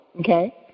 okay